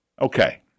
Okay